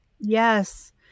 Yes